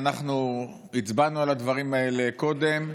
אנחנו הצבענו על הדברים האלה קודם.